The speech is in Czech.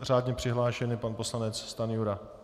Řádně přihlášen je pan poslanec Stanjura.